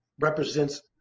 represents